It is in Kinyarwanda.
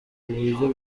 kuburyo